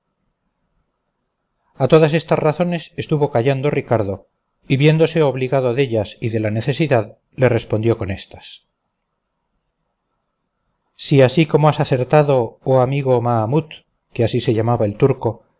a todas estas razones estuvo callando ricardo y viéndose obligado dellas y de la necesidad le respondió con éstas si así como has acertado oh amigo mahamut que así se llamaba el turco